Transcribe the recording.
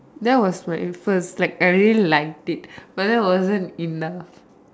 that was like first like I really liked it but that wasn't enough